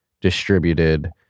distributed